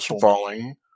falling